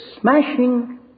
smashing